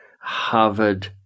Harvard